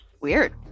weird